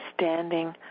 standing